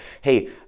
hey